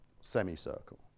Semi-circle